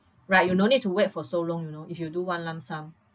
right you no need to wait for so long you know if you do one lump sum